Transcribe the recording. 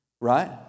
Right